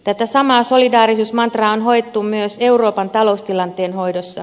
tätä samaa solidaarisuusmantraa on hoettu myös euroopan taloustilanteen hoidossa